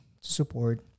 support